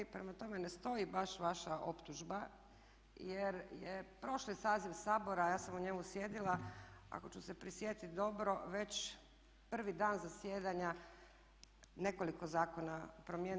Prema tome, ne stoji baš vaša optužba jer je prošli saziv Sabora, a ja sam u njemu sjedila, ako ću se prisjetiti dobro već prvi dan zasjedanja nekoliko zakona promijenio.